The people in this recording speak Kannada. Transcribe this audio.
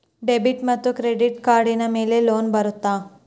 ಡೆಬಿಟ್ ಮತ್ತು ಕ್ರೆಡಿಟ್ ಕಾರ್ಡಿನ ಮೇಲೆ ಲೋನ್ ಬರುತ್ತಾ?